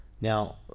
Now